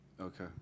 Okay